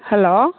hello